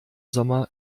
sommer